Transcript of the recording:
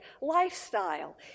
lifestyle